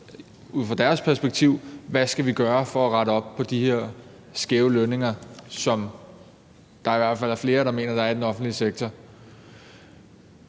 ud fra deres perspektiv, hvad vi skal gøre for at rette op på de her skæve lønninger, som der er flere der mener der er i den offentlige sektor.